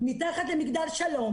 מתחת למגדל שלום